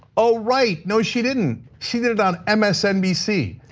ah right, no, she didn't. she did it on msnbc.